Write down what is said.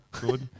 Good